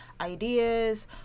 ideas